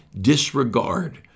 disregard